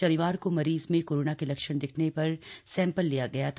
शनिवार को मरीज में कोरोना के लक्षण दिखने पर सैंपल लिया गया था